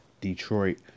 Detroit